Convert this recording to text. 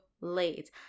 late